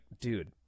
dude